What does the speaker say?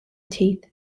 teeth